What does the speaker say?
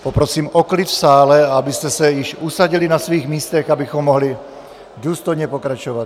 Poprosím o klid v sále, abyste se již usadili na svých místech, abychom mohli důstojně pokračovat.